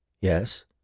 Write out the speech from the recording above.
Yes